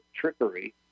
trickery